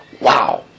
Wow